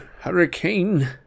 hurricane